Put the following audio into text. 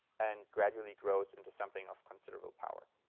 and gradually grows into something of considerable power.